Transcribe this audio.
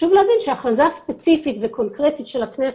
חשוב להבין שההכרזה הספציפית והקונקרטית של הכנסת,